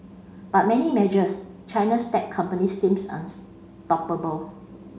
but many measures China's tech companies seems unstoppable